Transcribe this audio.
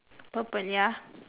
purple ya